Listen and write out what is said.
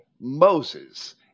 Moses